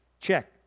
Check